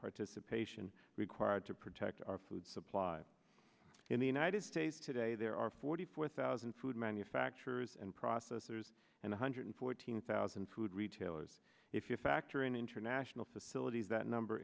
participation required to protect our food supply in the united states today there are forty four thousand food manufacturers and processors and one hundred fourteen thousand food retailers if you factor in international societies that number